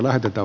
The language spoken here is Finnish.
kiitos